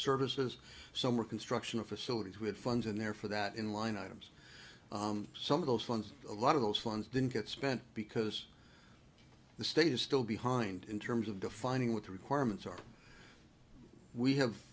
services some were construction of facilities we had funds in there for that in line items some of those funds a lot of those funds didn't get spent because the state is still behind in terms of defining what the requirements are we have